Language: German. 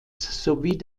sowie